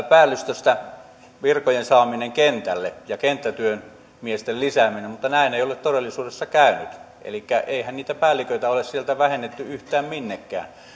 päällystöstä virkojen saaminen kentälle ja kenttätyömiesten lisääminen mutta näin ei ole todellisuudessa käynyt elikkä eihän niitä päälliköitä ole sieltä vähennetty yhtään minnekään